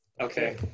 Okay